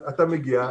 אתה מגיע,